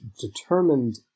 determined